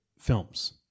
films